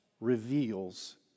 reveals